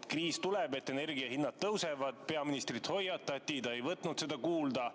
et kriis tuleb, et energiahinnad tõusevad, peaministrit hoiatati, ta ei võtnud seda kuulda,